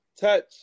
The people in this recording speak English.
touch